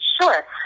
Sure